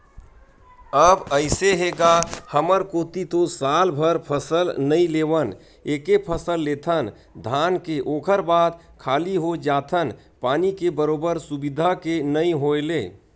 अब अइसे हे गा हमर कोती तो सालभर फसल नइ लेवन एके फसल लेथन धान के ओखर बाद खाली हो जाथन पानी के बरोबर सुबिधा के नइ होय ले